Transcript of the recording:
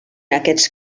aquests